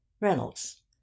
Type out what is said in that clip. Reynolds